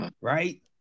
right